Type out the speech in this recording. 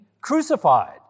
crucified